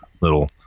little